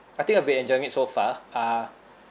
I think I've been enjoying it so far uh